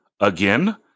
again